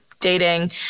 dating